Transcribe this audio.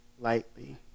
lightly